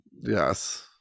Yes